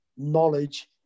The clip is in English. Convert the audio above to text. knowledge